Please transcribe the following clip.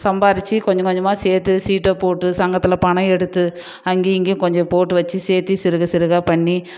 சம்பாதிச்சி கொஞ்சம் கொஞ்சமாக சேர்த்து சீட்டை போட்டு சங்கத்தில் பணம் எடுத்து அங்கேயும் இங்கேயும் கொஞ்சம் போட்டு வெச்சு சேர்த்து சிறுக சிறுக பண்ணி